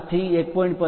5 થી 1